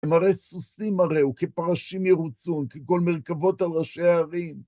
כמראה סוסים מראהו וכפרשים כן ירוצון, כקול מרכבות על ראשי ההרים.